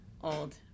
old